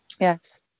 Yes